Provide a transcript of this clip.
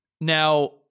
now